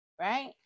right